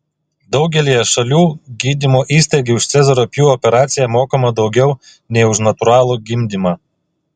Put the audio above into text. daugelyje šalių gydymo įstaigai už cezario pjūvio operaciją mokama daugiau nei už natūralų gimdymą